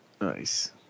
nice